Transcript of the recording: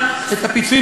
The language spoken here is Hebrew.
לשאלתו.